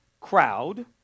crowd